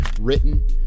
written